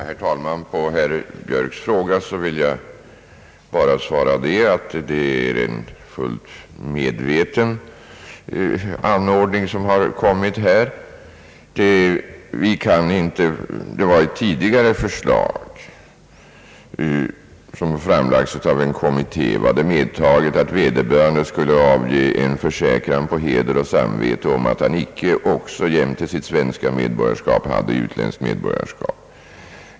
Herr talman! På herr Björks fråga vill jag bara svara att detta är en fullt medveten anordning. Enligt ett tidigare förslag, som framlagts av en kommitté, skulle vederbörande avge en försäkran på heder och samvete att han icke jämte sitt svenska medborgarskap hade utländskt medborgarskap.